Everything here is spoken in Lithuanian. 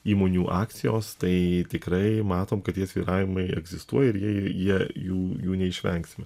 įmonių akcijos tai tikrai matom kad tie svyravimai egzistuoja ir jei jie jų jų neišvengsime